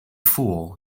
fool